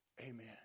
Amen